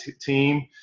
team